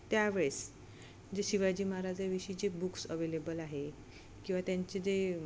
त्यावेळेस जे शिवाजी महाराजाविषयीचे बुक्स अवेलेबल आहे किंवा त्यांचे जे